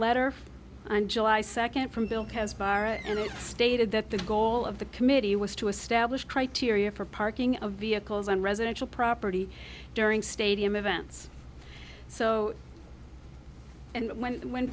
letter on july second from bill caspar and it stated that the goal of the committee was to establish criteria for parking of vehicles on residential property during stadium events so when when